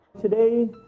Today